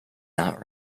not